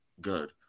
good